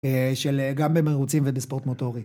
של גם במרוצים ובספורט מוטורי.